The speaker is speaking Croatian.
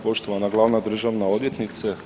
Poštovana glavna državna odvjetnice.